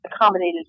accommodated